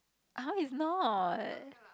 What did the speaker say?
how if not